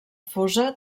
fosa